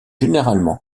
généralement